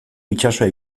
itsasoa